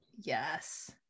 Yes